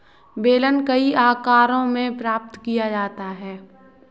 बेलन कई आकारों में प्राप्त किया जाता है